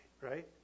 right